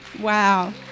Wow